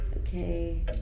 Okay